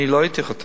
אני לא הייתי חותם.